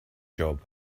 job